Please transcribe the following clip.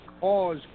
cause